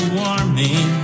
warming